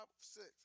Six